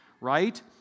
right